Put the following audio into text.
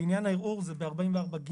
לעניין הערעור זה ב-44ג(א).